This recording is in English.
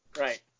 Right